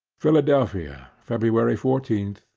philadelphia, february fourteen,